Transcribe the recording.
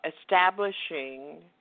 establishing